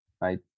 right